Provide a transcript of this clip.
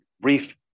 brief